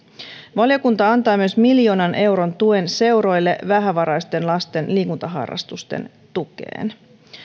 valiokunta antaa myös miljoonan euron tuen seuroille vähävaraisten lasten liikuntaharrastusten tukeen